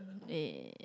eh